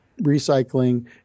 recycling